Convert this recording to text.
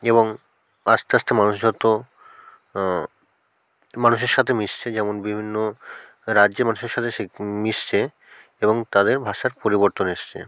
এবং আস্তে আস্তে মানুষ যত মানুষের সাথে মিশছে যেমন বিভিন্ন রাজ্যে মানুষের সঙ্গে সে মিশছে এবং তাদের ভাষার পরিবর্তন এসেছে